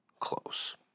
close